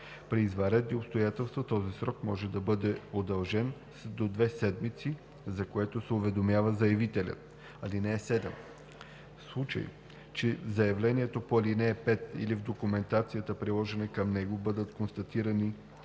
При извънредни обстоятелства този срок може да бъде удължен с до две седмици, за което се уведомява заявителят. (7) В случай че в заявлението по ал. 5 или в документацията, приложена към него, бъдат констатирани